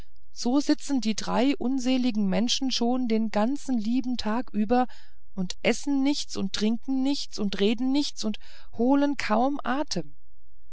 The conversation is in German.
so sitzen die drei unseligen menschen schon den ganzen lieben tag über und essen nichts und trinken nichts und reden nichts und holen kaum atem